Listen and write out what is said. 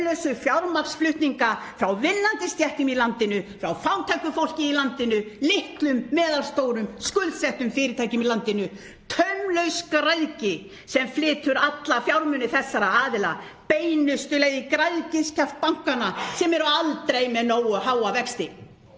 taumlausu fjármagnsflutninga frá vinnandi stéttum í landinu, frá fátæku fólki í landinu, litlum, meðalstórum, skuldsettum fyrirtækjum í landinu — taumlaus græðgi sem flytur alla fjármuni þessara aðila beinustu leið í græðgiskjaft bankanna sem eru aldrei með nógu háa vexti.